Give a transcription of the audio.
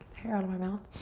hair out of my mouth.